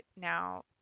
now